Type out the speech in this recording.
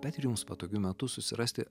bet ir jums patogiu metu susirasti